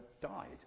died